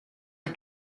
are